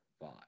five